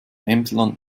emsland